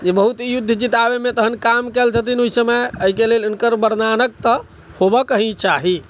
जे बहुत युद्ध जिताबै मे तहन काम कयल छथिन ओहि समय एहिके लेल उनकर बरदानक तऽ होबक ही चाही